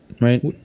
right